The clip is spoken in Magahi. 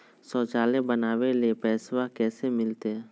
शौचालय बनावे ले पैसबा कैसे मिलते?